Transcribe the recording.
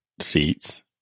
seats